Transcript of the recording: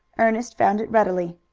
ernest found it readily.